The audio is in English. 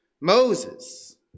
Moses